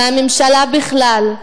הממשלה בכלל,